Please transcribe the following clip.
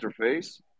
interface